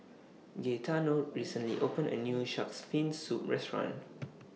Gaetano recently opened A New Shark's Fin Soup Restaurant